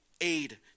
aid